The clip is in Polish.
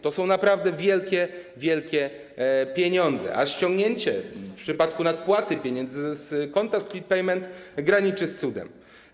To są naprawdę wielkie, wielkie pieniądze, a ściągnięcie w przypadku nadpłaty pieniędzy z konta split payment graniczy z cudem.